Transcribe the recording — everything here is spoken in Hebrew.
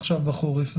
עכשיו בחורף,